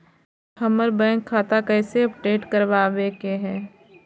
हमर बैंक खाता कैसे अपडेट करबाबे के है?